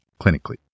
clinically